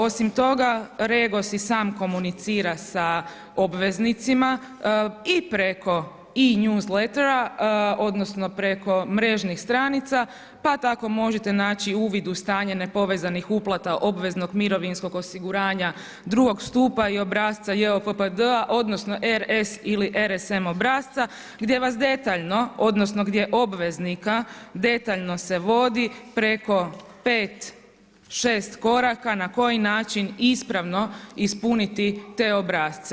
Osim toga, REGOS i sam komunicira sa obveznicima i preko i Newsletters, odnosno preko mrežnih stranica, pa tako možete naći uvid u stanje nepovezanih uplata obveznog mirovinskog osiguranja drugog stupa i obrasca JOPPD-a, odnosno RS ili RSM obrasca gdje vas detaljno, odnosno gdje obveznika detaljno se vodi preko 5-6 koraka na koji način ispravno ispuniti te obrasce.